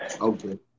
Okay